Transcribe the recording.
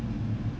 umur berapa seh